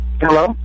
Hello